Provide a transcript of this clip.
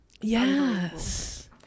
yes